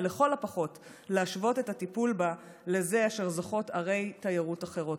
ולכל הפחות להשוות את הטיפול בה לזה אשר זוכות לו ערי תיירות אחרות.